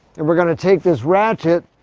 and we're going to take this ratchet